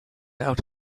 out